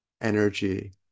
energy